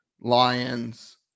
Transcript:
Lions